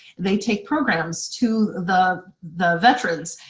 they take programs to the the veterans.